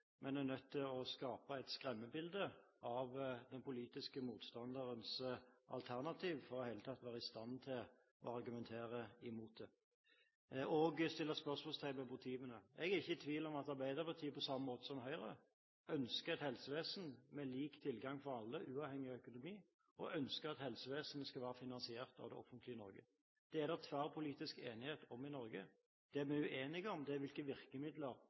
men er nødt til å skape et skremmebilde av den politiske motstanderens alternativ for i det hele tatt å være i stand til å argumentere imot det. Vi setter spørsmålstegn ved motivene. Jeg er ikke i tvil om at Arbeiderpartiet, på samme måte som Høyre, ønsker et helsevesen med lik tilgang for alle, uavhengig av økonomi, og ønsker at helsevesenet skal være finansiert av det offentlige Norge. Det er det tverrpolitisk enighet om i Norge. Det vi er uenige om, er med hvilke virkemidler